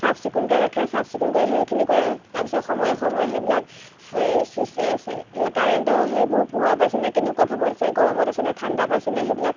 চাফ চিকুণকৈ ৰাখে চাফ চিকুণ কৰি সেইখিনি কৰে তাৰপিছত সময়ে সময়ে সেইবিলাক কাৰেণ্টৰ সেইবোৰ পোহৰ পাইছেনে কেনেকুৱা ভাৱত আছে গৰমত আছেনে ঠাণ্ডা পাইছেনে সেইবিলাক